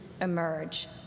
emerge